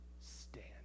stand